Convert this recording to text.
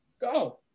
go